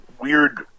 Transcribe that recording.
weird